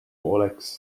oleks